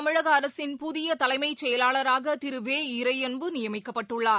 தமிழக அரசின் புதிய தலைமைச் செயலாளராக திரு வெ இறையன்பு நியமிக்கப்பட்டுள்ளார்